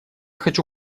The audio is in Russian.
хочу